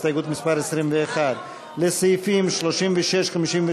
הסתייגות מס' 21. לסעיפים 36(57)